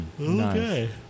Okay